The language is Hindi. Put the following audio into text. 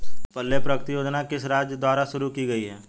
पल्ले प्रगति योजना किस राज्य द्वारा शुरू की गई है?